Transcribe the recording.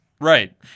Right